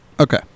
Okay